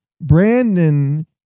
brandon